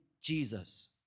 Jesus